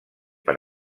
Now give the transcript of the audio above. per